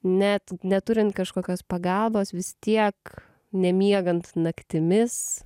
net neturint kažkokios pagalbos vis tiek nemiegant naktimis